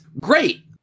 Great